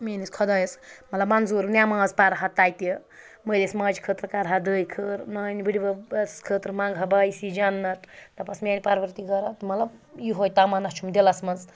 میٛٲنِس خۄدایَس مطلب منظوٗر نٮ۪ماز پَرٕ ہا تَتہِ مٲلِس ماجہِ خٲطرٕ کَرٕ ہا دۄیہِ خٲر نانہِ بٔڈِ بَبَس خٲطرٕ مںٛگہٕ ہا باعث جنت دَپہٕ ہَس میٛانہِ پَروَردِگارا مطلب یہوہَے تَمنا چھُم دِلَس منٛز